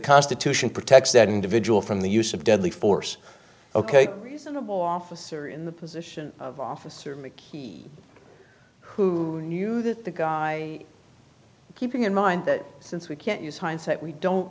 constitution protects that individual from the use of deadly force ok reasonable officer in the position of officer mickey who knew that the guy keeping in mind that since we can't use hindsight we don't